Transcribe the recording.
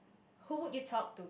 who would you talk to